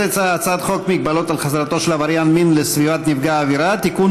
הצעת חוק מגבלות על חזרתו של עבריין מין לסביבת נפגע העבירה (תיקון,